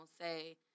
say